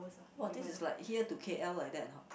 !wah! this is like here to K_L like that [huh]